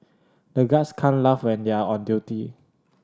the guards can't laugh when they are on duty